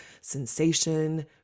sensation